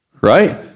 right